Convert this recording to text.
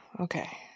Okay